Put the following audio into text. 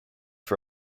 for